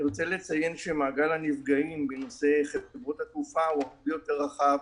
רוצה לציין שמעגל הנפגעים בנושא חברות התעופה הוא הרבה יותר רחב